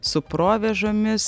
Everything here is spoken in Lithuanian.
su provėžomis